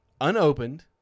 unopened